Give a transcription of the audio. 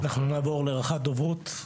אנחנו נעבור לרח"ט דוברות.